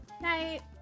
Night